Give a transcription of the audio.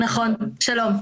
נכון, שלום.